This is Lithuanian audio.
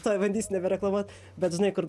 tuoj bandys nebereklamuot bet žinai kur